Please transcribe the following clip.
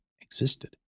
existed